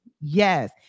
Yes